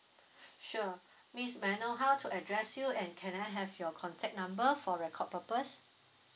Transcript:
sure miss may I know how to address you and can I have your contact number for record purpose